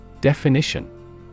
Definition